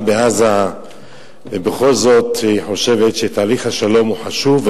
בעזה ובכל זאת חושבת שתהליך השלום חשוב.